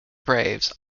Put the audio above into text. braves